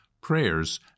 prayers